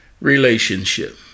Relationship